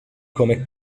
come